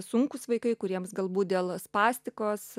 sunkūs vaikai kuriems galbūt dėl spastikos